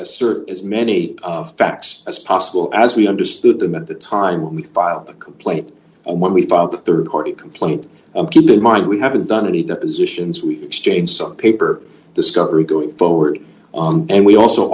assert as many facts as possible as we understood them at the time we filed a complaint and when we filed the rd party complaint and keep in mind we haven't done any depositions we've exchanged some paper discovery going forward on and we also